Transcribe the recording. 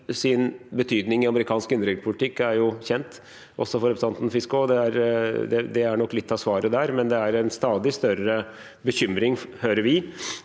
betydning i amerikansk innenrikspolitikk er jo kjent også for representanten Fiskaa. Det er nok litt av svaret, men det er en stadig større bekymring, hører vi,